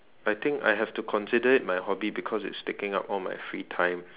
I think I have to consider it my hobby because it's taking up all my free time